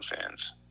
fans